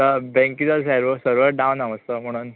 बँकी जाल्यार सरव सर्व डावन वचो म्हणून